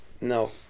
No